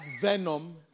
venom